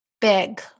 Big